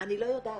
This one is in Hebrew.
אני לא יודעת.